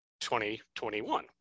2021